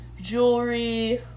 jewelry